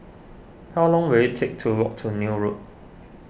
how long will it take to walk to Neil Road